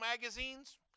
magazines